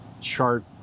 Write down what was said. chart